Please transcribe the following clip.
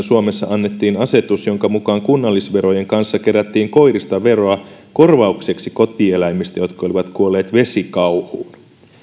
suomessa annettiin asetus jonka mukaan kunnallisverojen kanssa kerättiin koirista veroa korvaukseksi kotieläimistä jotka olivat kuolleet vesikauhuun